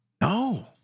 No